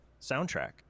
soundtrack